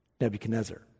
Nebuchadnezzar